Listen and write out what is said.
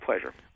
pleasure